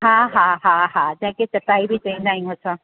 हा हा हा हा जंहिंखे चटाई बि चईंदा आहियूं असां